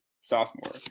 sophomore